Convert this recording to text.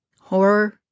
horror